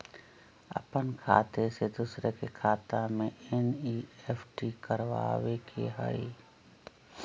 अपन खाते से दूसरा के खाता में एन.ई.एफ.टी करवावे के हई?